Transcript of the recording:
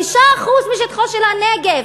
5% משטחו של הנגב,